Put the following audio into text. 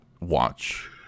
watch